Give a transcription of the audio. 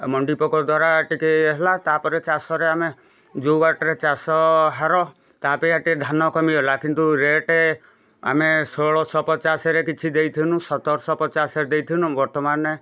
ମଣ୍ଡି ପୋକ ଦ୍ୱାରା ଟିକେ ଇଏ ହେଲା ତାପରେ ଚାଷରେ ଆମେ ଯେଉଁ ବାଟରେ ଚାଷ ହାର ତା ଅପେକ୍ଷା ଟିକେ ଧାନ କମିଗଲା କିନ୍ତୁ ରେଟେ ଆମେ ଷୋଳଶହ ପଚାଶରେ କିଛି ଦେଇଥିନୁ ସତରଶହ ପଚାଶରେ ଦେଇଥିନୁ ବର୍ତ୍ତମାନ